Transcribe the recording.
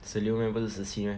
十六 meh 不是十七 meh